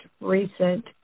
recent